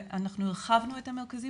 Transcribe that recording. ואנחנו הרחבנו את המרכזים,